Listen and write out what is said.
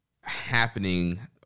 happening